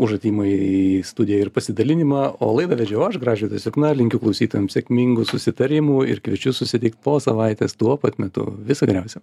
už atėjimą į studiją ir pasidalinimą o laidą vedžiau aš gražvydas jukna linkiu klausytojams sėkmingų susitarimų ir kviečiu susitikt po savaitės tuo pat metu viso geriausio